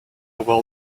well